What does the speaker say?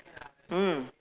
mm